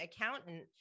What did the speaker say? accountant